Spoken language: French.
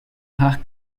rares